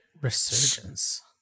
Resurgence